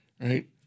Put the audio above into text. right